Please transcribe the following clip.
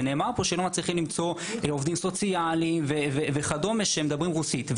ונאמר פה שלא מצליחים למצוא עובדים סוציאליים וכד' שמדברים רוסית.